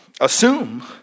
Assume